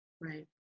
Right